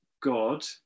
God